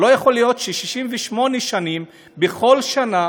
לא יכול להיות ש-68 שנים, בכל שנה